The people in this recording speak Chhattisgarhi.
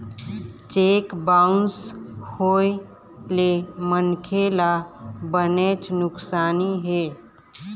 चेक बाउंस होए ले मनखे ल बनेच नुकसानी हे